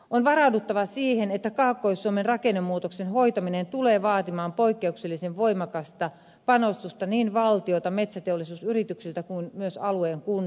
on varauduttava siihen että kaakkois suomen rakennemuutoksen hoitaminen tulee vaatimaan poikkeuksellisen voimakasta panostusta niin valtiolta metsäteollisuusyrityksiltä kuin myös alueen kunnilta